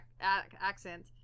accent